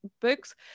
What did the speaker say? books